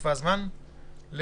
נקבע זמן להצבעה.